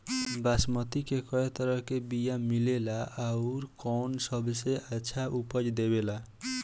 बासमती के कै तरह के बीया मिलेला आउर कौन सबसे अच्छा उपज देवेला?